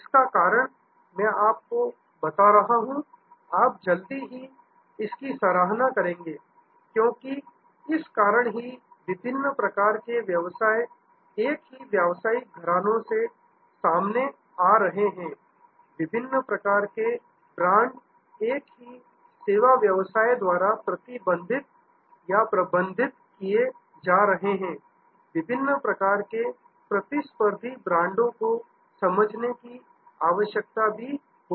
इसका कारण मैं आपको बता रहा हूं आप जल्द ही इसकी सराहना करेंगे क्योंकि इस कारण ही विभिन्न प्रकार के व्यापार एक ही व्यवसायिक घरानो से सामने आ रहे हैं विभिन्न प्रकार के ब्रांड एक ही सेवा व्यवसाय द्वारा प्रबंधित किए जा रहे हैं विभिन्न प्रकार के प्रतिस्पर्धी ब्रांडों को समझने की आवश्यकता होगी